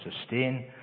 sustain